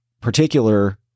particular